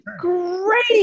great